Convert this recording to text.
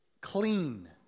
clean